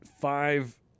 five